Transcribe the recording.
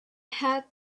had